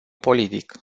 politic